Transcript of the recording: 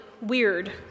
weird